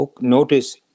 notice